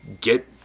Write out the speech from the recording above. get